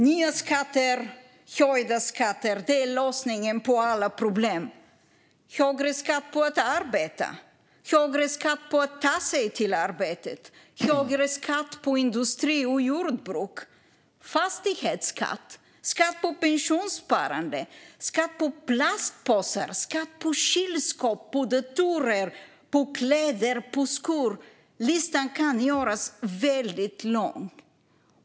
Nya skatter och höjda skatter är lösningen på alla problem. Högre skatt på att arbeta, högre skatt på att ta sig till arbetet, högre skatt på industri och jordbruk, fastighetsskatt, skatt på pensionssparande, skatt på plastpåsar, skatt på kylskåp, på datorer, på kläder och på skor - listan kan göras väldigt lång.